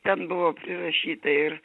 ten buvo prirašyta ir